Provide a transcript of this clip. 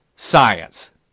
Science